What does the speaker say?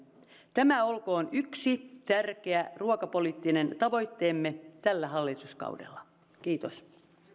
tämä olkoon yksi tärkeä ruokapoliittinen tavoitteemme tällä hallituskaudella kiitos